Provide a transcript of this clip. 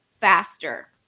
faster